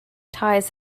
ties